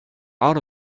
out